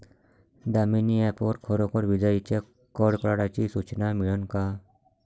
Damini app वर खरोखर विजाइच्या कडकडाटाची सूचना मिळन का?